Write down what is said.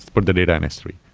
put the data in s three,